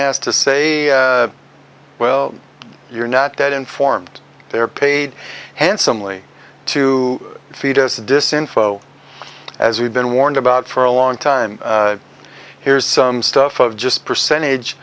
has to say well you're not that informed they're paid handsomely to feed us disinfo as we've been warned about for a long time here's some stuff of just percentage